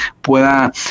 pueda